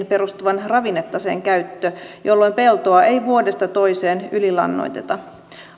perustuvan ravinnetaseen käyttö jolloin peltoa ei vuodesta toiseen ylilannoiteta